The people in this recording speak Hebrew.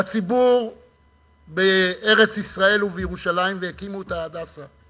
לציבור בארץ-ישראל ובירושלים והקימו את "הדסה";